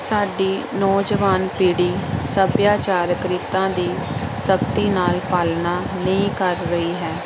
ਸਾਡੀ ਨੌਜਵਾਨ ਪੀੜ੍ਹੀ ਸੱਭਿਆਚਾਰਕ ਰੀਤਾਂ ਦੀ ਸਖਤੀ ਨਾਲ ਪਾਲਣਾ ਨਹੀਂ ਕਰ ਰਹੀ ਹੈ